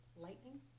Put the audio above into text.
Lightning